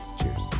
cheers